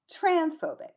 transphobic